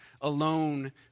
alone